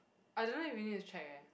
I don't know if we need to check eh